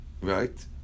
Right